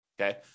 Okay